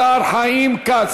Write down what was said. השר חיים כץ,